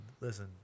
listen